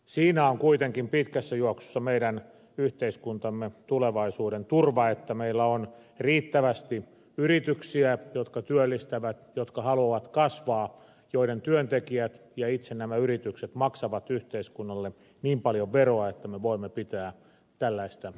siinä on kuitenkin pitkässä juoksussa meidän yhteiskuntamme tulevaisuuden turva että meillä on riittävästi yrityksiä jotka työllistävät jotka haluavat kasvaa jotka itse ja joiden työntekijät maksavat yhteiskunnalle niin paljon veroa että me voimme pitää tällaista palveluyhteiskuntaa yllä